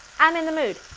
i'm in the mood!